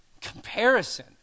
comparison